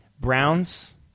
Browns